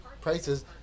prices